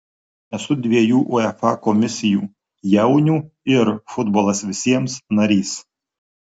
esu dviejų uefa komisijų jaunių ir futbolas visiems narys